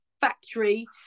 factory